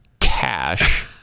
cash